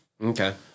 Okay